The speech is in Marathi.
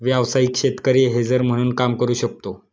व्यावसायिक शेतकरी हेजर म्हणून काम करू शकतो